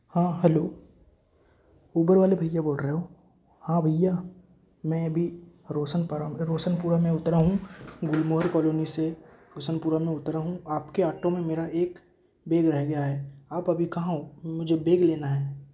हाँ hello Uber वाले भय्या बोल रहे हो हाँ भईया मैं अभी रोसन रोसनपुरा में उतरा हूँ गुलमोहर कोलोनी से रोसनपुरा में उतरा हूँ आपके आटो में मेरा एक बैग रह गया है आप अभी कहाँ हो मुझे बैग लेना है